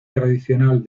tradicional